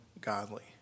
godly